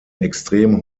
extrem